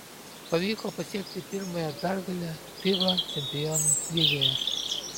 pavyko pasiekti pirmąją pergalę fiba čempionų lygoje